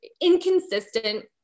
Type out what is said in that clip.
inconsistent